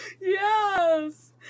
Yes